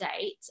date